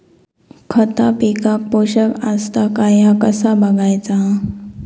खता पिकाक पोषक आसत काय ह्या कसा बगायचा?